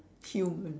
human